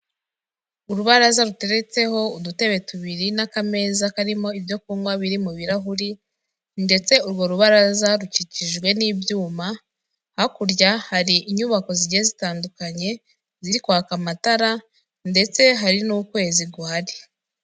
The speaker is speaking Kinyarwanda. urubaraza ruteretseho udutebe tubiri n'akameza karimo ibyo kunywa biri mu birarahuri ndetse urwo rubarazarukikijwe n'ibyuma, hakurya hari inyubako zigiye zitandukanye ziri kwaka amatara ndetse hari n'ukwezi guhari.